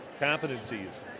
competencies